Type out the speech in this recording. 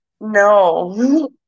no